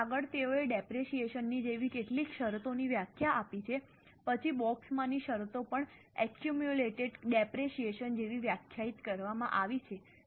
હવે આગળ તેઓએ ડેપરેશીયેશન જેવી કેટલીક શરતોની વ્યાખ્યા આપી છે પછી બોક્સમાંની શરતો પણ એક્યુમયુલેટેડ ડેપરેશીયેશન જેવી વ્યાખ્યાયિત કરવામાં આવી છે